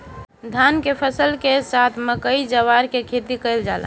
धान के फसल के साथे मकई, जवार के खेती कईल जाला